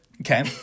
Okay